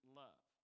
love